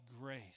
grace